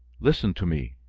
listen to me,